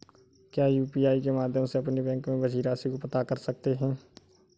क्या यू.पी.आई के माध्यम से अपने बैंक में बची राशि को पता कर सकते हैं?